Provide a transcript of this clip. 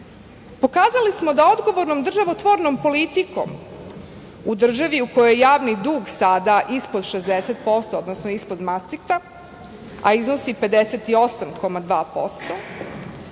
glasova. Pokazali smo da odgovornom državotvornom politikom u državi u kojoj je javni dug sada ispod 60%, odnosno ispod Mastrihta, a iznosi 58,2%.